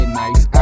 nice